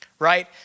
right